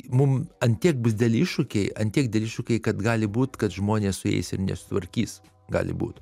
mum ant tiek bus dideli iššūkiai ant tiek dideli iššūkiai kad gali būt kad žmonės su jais ir nesusitvarkys gali būt